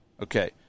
Okay